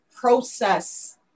process